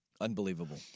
Unbelievable